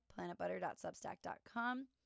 planetbutter.substack.com